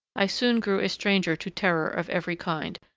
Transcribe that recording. i soon grew a stranger to terror of every kind,